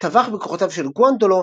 טבח בכוחותיו של גוונדולו,